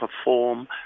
perform